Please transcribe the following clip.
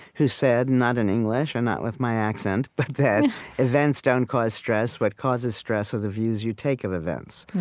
who said, not in english and not with my accent, but that events don't cause stress. what causes stress are the views you take of events.